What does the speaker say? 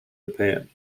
japan